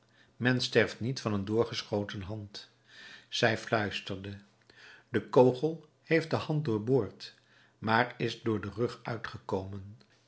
men sterft niet van een doorschoten hand zij fluisterde de kogel heeft de hand doorboord maar is door den rug uitgekomen